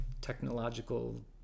technological